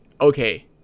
okay